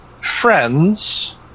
friends